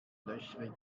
löchrig